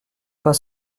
pas